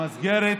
במסגרת